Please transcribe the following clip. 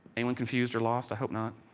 anyone confused or lost? i hope not.